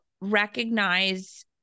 recognize